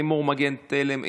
לימור מגן תלם,